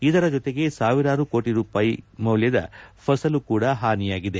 ಇದರ ಜೊತೆಗೆ ಸಾವಿರಾರೂ ಕೋಟಿ ರೂಪಾಯಿ ಫಸಲು ಕೂಡ ಹಾನಿಯಾಗಿದೆ